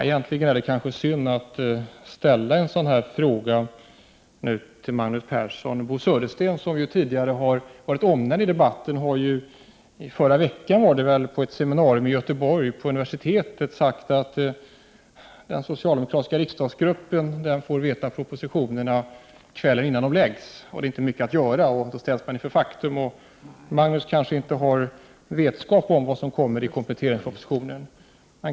Egentligen är det kanske synd att ställa en sådan fråga till Magnus Persson. Bo Södersten som har omnämnts i debatten har ju, jag tror det var i förra veckan, på ett seminarium vid Göteborgs universitet sagt att den socialdemokratiska riksdagsgruppen får kännedom om propositionerna kvällen innan de läggs fram. Då är det inte mycket att göra, man ställs inför 51 faktum. Magnus Persson har kanske inte någon vetskap om vad som kommer i kompletteringspropositionen.